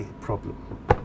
problem